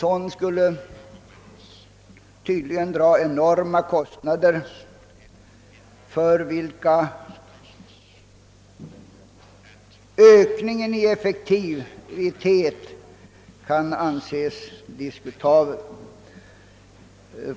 Sådana rustningar : skulle dra enorma kostnader och ökningen i effektivitet kan anses diskutabel.